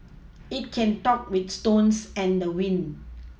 it can talk with stones and the wind